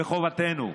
וחובתנו,